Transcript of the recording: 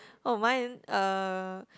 oh mine uh